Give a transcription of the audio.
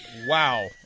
wow